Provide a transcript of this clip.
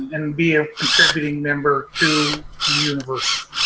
and be a contributing member to the universe.